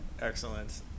Excellent